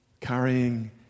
carrying